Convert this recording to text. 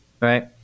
right